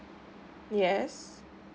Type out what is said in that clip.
yes